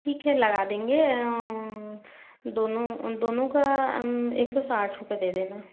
ठीक है लगा देंगे दोनों दोनों का एक सौ साथ रुपये दे देना